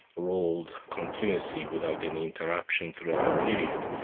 ruled continuously without any interruption throughout that period,